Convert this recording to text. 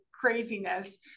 craziness